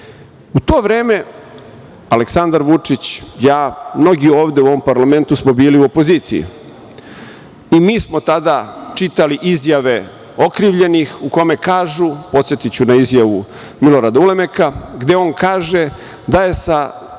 u to vreme, Aleksandar Vučić, ja, mnogi ovde u ovom parlamentu smo bili u opoziciji i nismo tada čitali izjave okrivljenih u kome kažu, podsetiću na izjavu Milorada Ulemeka, gde kaže da je sa